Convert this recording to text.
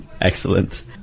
excellent